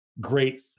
great